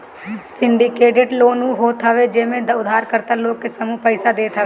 syndicated loan उ होत हवे जेमे उधारकर्ता लोग के समूह पईसा देत हवे